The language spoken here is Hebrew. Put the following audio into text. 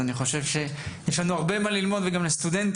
אני חושב שיש לנו הרבה מאוד מה ללמוד וגם לסטודנטים.